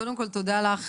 קודם כל תודה לך,